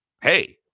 Hey